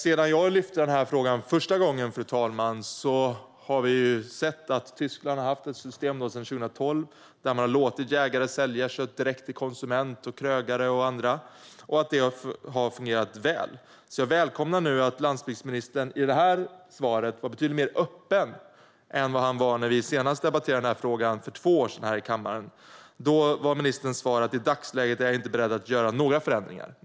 Sedan jag lyfte fram denna fråga första gången har vi sett att Tyskland sedan 2012 har haft ett system där man har låtit jägare sälja kött direkt till konsumenter, krögare och andra och att det har fungerat väl. Jag välkomnar därför att landsbygdsministern i detta svar var betydligt mer öppen än han var när vi senast debatterade denna fråga för två år sedan här i kammaren. Då var ministerns svar: I dagsläget är jag inte beredd att göra några förändringar.